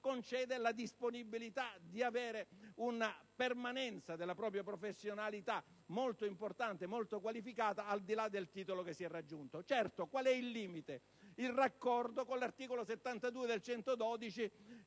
conceda la disponibilità di avere una permanenza della propria professionalità molto importante e molto qualificata, al di là del titolo che si è raggiunto. Qual è il limite? Il raccordo con l'articolo 72 del